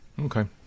okay